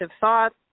thoughts